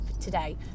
today